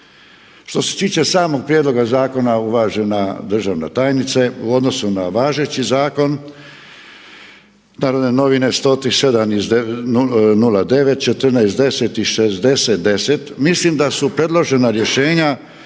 Što se tiče samog prijedloga zakona uvažena državna tajnice u odnosu na važeći zakon Narodne novine 137/09., 14/10. i 60/10. mislim da su predložena rješenja